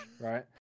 right